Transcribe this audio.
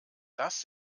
das